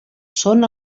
són